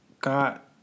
got